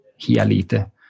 Hialite